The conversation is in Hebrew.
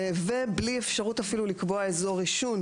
ובלי אפשרות אפילו לקבוע אזור עישון,